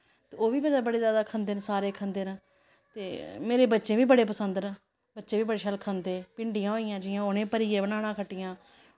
ते ओह् बी मतलब बड़े ज्यादा खंदे न सारे खंदे न ते मेरे बच्चें गी बी बड़े पसंद न बच्चे बी बड़े शैल खंदे भिंडियां होई गेइयां जियां उ'नें भरियै बनाना खट्टियां